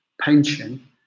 pension